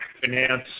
finance